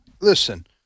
listen